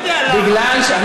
כי, לא יודע למה.